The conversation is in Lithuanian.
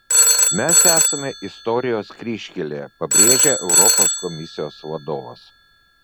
mes esame istorijos kryžkelėje pabrėžė europos komisijos vadovas